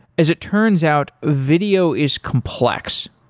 as it turns out, video is complex.